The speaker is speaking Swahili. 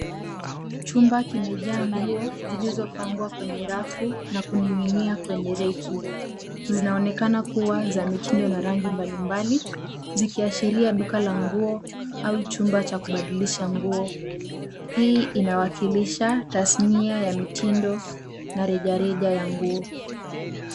Chumba kimejaa nguo zilizopangwa kwenye rafu na kuning'inia kwenye reki. Zinaonekana kuwa za mitindo na rangi mbali mbali, zikiashiria duka la nguo au chumba cha kubadilisha nguo. Hii inawakilisha tasnia ya mitindo na reja reja ya nguo.